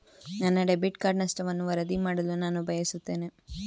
ನನ್ನ debit card ನಷ್ಟವನ್ನು ವರದಿ ಮಾಡಲು ನಾನು ಬಯಸುತ್ತೇನೆ